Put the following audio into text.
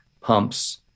pumps